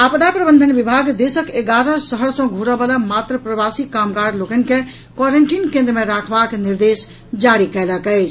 आपदा प्रबंधन विभाग देशक एगारह शहर सँ घुरऽवला मात्र प्रवासी कामगार लोकनि के क्वारेंटीन केंद्र मे राखबाक निर्देश जारी कयलक अछि